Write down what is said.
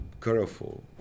careful